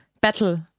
battle